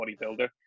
bodybuilder